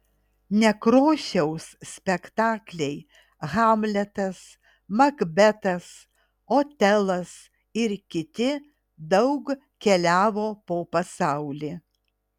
nekrošiaus spektakliai hamletas makbetas otelas ir kiti daug keliavo po pasaulį